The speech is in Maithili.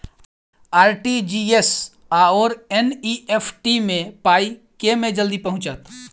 आर.टी.जी.एस आओर एन.ई.एफ.टी मे पाई केँ मे जल्दी पहुँचत?